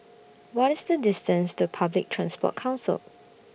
What IS The distance to Public Transport Council